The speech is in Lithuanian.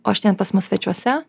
o šten pas mus svečiuose